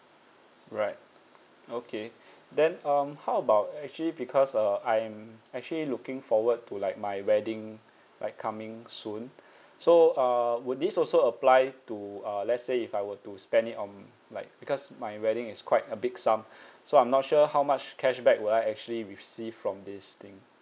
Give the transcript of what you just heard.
right okay then um how about actually because uh I'm actually looking forward to like my wedding like coming soon so uh would this also apply to uh let's say if I were to spend it on like because my wedding is quite a big sum so I'm not sure how much cashback will I actually receive from this thing